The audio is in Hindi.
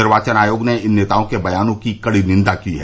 निर्वाचन आयोग ने इन नेताओं के बयानों की कड़ी निन्दा की है